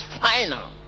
final